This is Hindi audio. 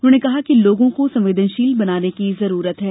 उन्होंने कहा कि लोगों को संवेदनशील बनाने की जरूरत है